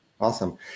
Awesome